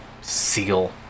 Seal